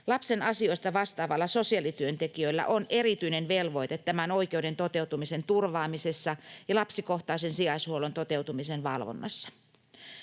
Lapsen asioista vastaavilla sosiaalityöntekijöillä on erityinen velvoite tämän oikeuden toteutumisen turvaamisesta ja lapsikohtaisen sijaishuollon toteutumisen valvonnasta.